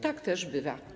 Tak też bywa.